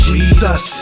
Jesus